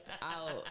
out